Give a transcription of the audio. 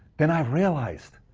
then i realized,